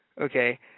okay